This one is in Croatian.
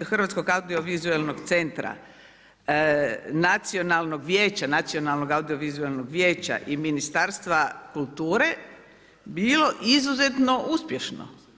Hrvatskog audiovizualnog centra, Nacionalnog audiovizualnog vijeća i Ministarstva kulture bilo izuzetno uspješno.